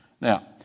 Now